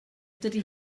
dydy